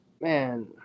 man